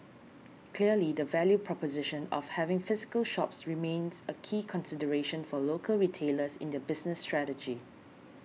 clearly the value proposition of having physical shops remains a key consideration for local retailers in their business strategy